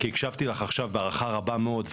כי הקשבתי לך עכשיו בהערכה רבה מאוד,